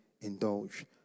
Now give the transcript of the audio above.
indulge